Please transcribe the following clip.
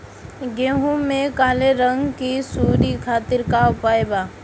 गेहूँ में काले रंग की सूड़ी खातिर का उपाय बा?